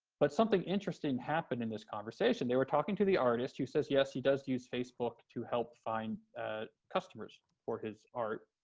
but something interesting happened in this conversation. they were talking to the artist who said yes, he does use facebook to help find customers for his art,